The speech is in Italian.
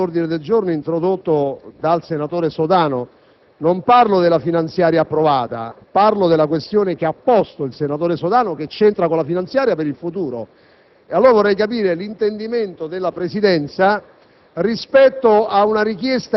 per avermi concesso la parola. Starò all'argomento introdotto dal senatore Sodano. Non parlo della finanziaria approvata, ma della questione posta dal senatore Sodano, che c'entra con la finanziaria per il futuro. Vorrei capire l'intendimento della Presidenza